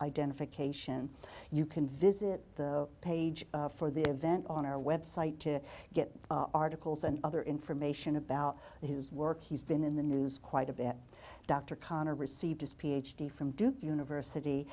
identification you can visit the page for the event on our website to get articles and other information about his work he's been in the news quite a bit dr conner received his ph d from duke university